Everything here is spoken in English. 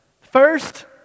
First